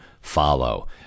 follow